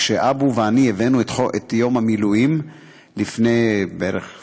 ערבית, אני לא, אבל ראית מצד אחד פצועים קשה מאוד,